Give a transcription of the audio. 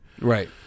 Right